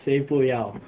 谁不要